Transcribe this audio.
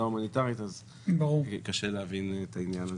ההומניטרית קשה להבין את העניין הזה.